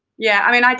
yeah, i mean, like